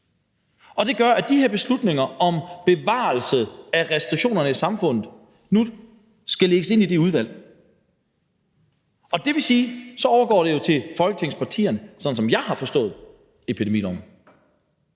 Og det gør, at de her beslutninger om bevarelse af restriktionerne i samfundet nu skal lægges ind i et udvalg. Og det vil sige, at så overgår det jo til Folketingets partier, sådan som jeg har forstået epidemiloven.